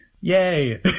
Yay